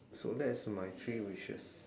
so that is my three wishes